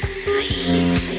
sweet